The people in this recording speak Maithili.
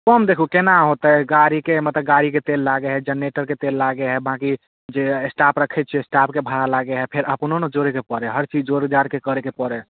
कम देखू कोना होतै गाड़ीके मतलब गाड़ीके तेल लागै हइ जनरेटरके तेल लागै हइ बाकी जे स्टाफ रखै छिए से स्टाफके भाड़ा लागै हइ फेर अपनो ने जोड़ैके पड़ै हइ हर चीज जोड़ि जाड़िके करऽके पड़ै हइ